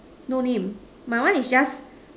no name my one is just